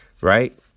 Right